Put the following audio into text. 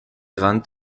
rand